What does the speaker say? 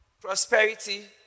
prosperity